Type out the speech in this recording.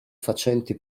facenti